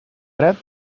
dret